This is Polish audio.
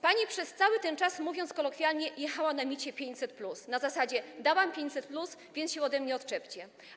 Pani przez cały ten czas, mówiąc kolokwialnie, jechała na micie programu 500+, na zasadzie: dałam 500+, więc się ode mnie odczepcie.